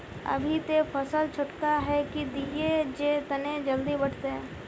अभी ते फसल छोटका है की दिये जे तने जल्दी बढ़ते?